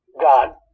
God